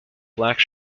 black